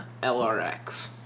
LRX